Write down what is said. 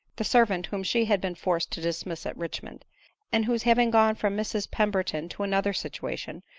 the servant whom she had been forced to dismiss at richmond and who hav ing gone from mrs pemberton to another situation,